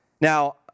Now